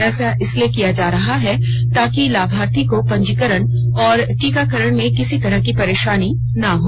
ऐसा इसलिए किया जा रहा है ताकि लाभार्थियों को पंजीकरण और टीकाकरण में किसी तरह की परेशानी न हो